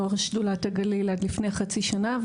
יו"ר שדולת הגליל עד לפני חצי שנה,